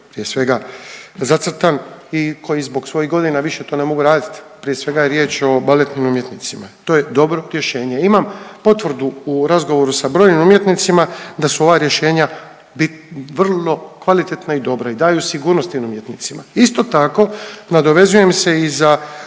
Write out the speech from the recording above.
prije svega zacrtan i koji zbog svojih godina više to ne mogu raditi, prije svega je riječ o baletnim umjetnicima. To je dobro rješenje. Imam potvrdu u razgovoru sa brojnim umjetnicima da su ova rješenja vrlo kvalitetna i dobra i daju sigurnost umjetnicima. Isto tako nadovezujem se i za